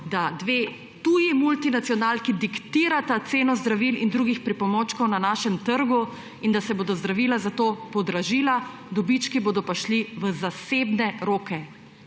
da dve tuji multinacionalki diktirata ceno zdravil in drugih pripomočkov na našem trgu in da se bodo zdravila za to podražila, dobički bodo pa šli v zasebne roke.